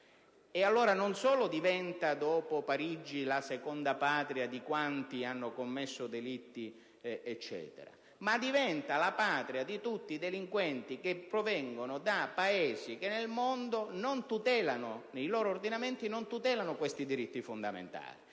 Allora, non solo diventa, dopo Parigi, la seconda patria di quanti hanno commesso delitti, ma altresì la patria di tutti i delinquenti che provengono da Paesi del mondo che nei loro ordinamenti non tutelano questi diritti fondamentali,